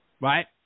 right